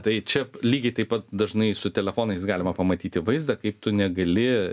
tai čia lygiai taip pat dažnai su telefonais galima pamatyti vaizdą kai tu negali